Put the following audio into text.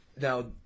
Now